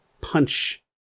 punch